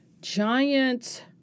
giant